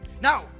now